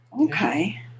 Okay